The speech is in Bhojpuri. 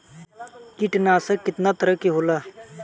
कीटनाशक केतना तरह के होला?